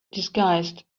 disguised